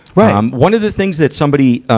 right. um one of the things that somebody, ah,